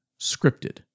scripted